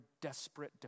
desperate